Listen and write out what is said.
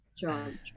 John